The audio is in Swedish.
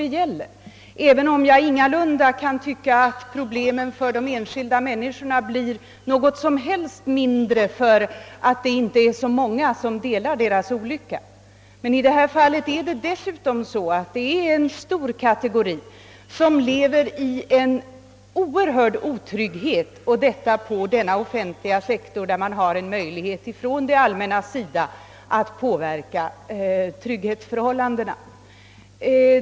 Jag tycker visserligen ingalunda att problemen för de enskilda människorna blir mindre därför att inte så många delar deras olycka. I detta fall tillkommer emellertid den omständigheten att en stor kategori människor lever i oerhörd otrygghet och detta på den offentliga sektorn, där det allmänna har möjlighet att påverka trygghetsförhållandena!